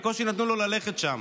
בקושי נתנו לו ללכת משם,